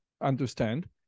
understand